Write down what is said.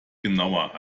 genauer